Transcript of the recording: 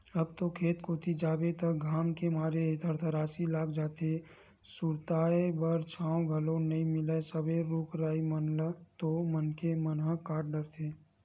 अब तो खेत कोती जाबे त घाम के मारे थरथरासी लाग जाथे, सुरताय बर छांव घलो नइ मिलय सबे रुख राई मन ल तो मनखे मन ह काट डरथे